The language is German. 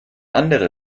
andere